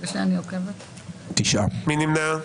מי נמנע?